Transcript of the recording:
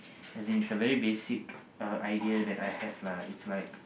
as in it's a very basic uh idea that I have lah it's like